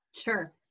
Sure